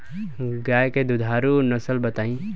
गाय के दुधारू नसल बताई?